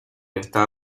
está